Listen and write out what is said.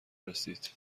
رسید